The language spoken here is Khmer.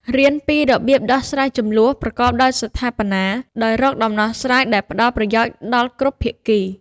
រៀនពីរបៀបដោះស្រាយជម្លោះប្រកបដោយស្ថាបនា ដោយរកដំណោះស្រាយដែលផ្តល់ប្រយោជន៍ដល់គ្រប់ភាគី។